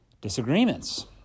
disagreements